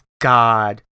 god